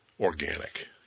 organic